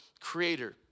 creator